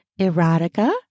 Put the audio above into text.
erotica